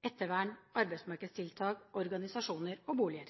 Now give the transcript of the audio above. ettervern, arbeidsmarkedstiltak, organisasjoner og boliger.